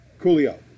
Coolio